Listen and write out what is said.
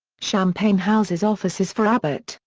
champaign houses offices for abbott,